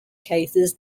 cases